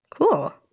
cool